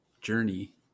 journey